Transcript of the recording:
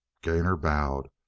gainor bowed,